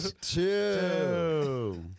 two